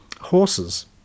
horses